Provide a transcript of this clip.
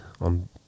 on